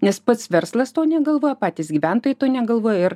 nes pats verslas to negalvoja patys gyventojai to negalvoja ir